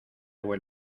buen